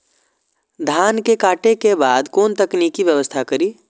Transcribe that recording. धान के काटे के बाद कोन तकनीकी व्यवस्था करी?